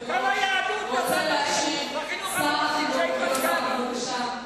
גם היהדות, בחינוך הממלכתי כשהיית מנכ"לית.